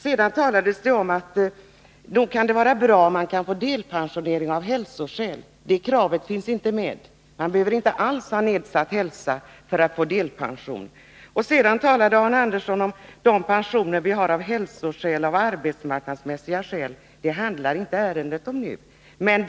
Sedan sade Arne Andersson att nog är det bra om man kan bli delpensionerad av hälsoskäl. Det skälet finns inte med. Man behöver inte alls ha nedsatt hälsa för att få delpension. Vidare talade Arne Andersson om förtidspensioner som beviljas av hälsoskäl och av arbetsmarknadsmässiga skäl. Det handlar inte det här ärendet om.